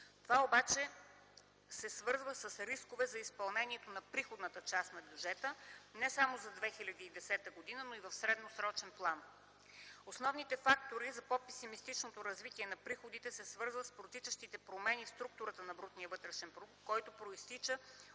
Това, обаче, се свързва с рискове за изпълнението на приходната част на бюджета не само за 2010 г., но и в средносрочен план. Основните фактори за по-песимистичното развитие на приходите се свързват с протичащите промени в структурата на БВП, които произтичат